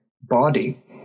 body